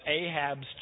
Ahab's